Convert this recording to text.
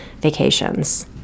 vacations